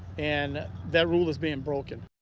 and that rule has been broken.